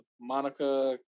Monica